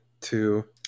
two